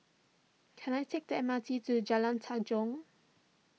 can I take the M R T to Jalan Tanjong